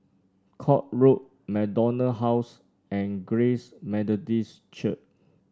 Court Road MacDonald House and Grace Methodist Church